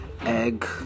egg